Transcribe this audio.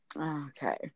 Okay